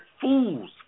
fools